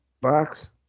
box